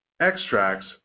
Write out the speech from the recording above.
extracts